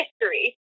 history